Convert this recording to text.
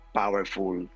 powerful